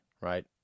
right